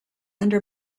under